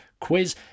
quiz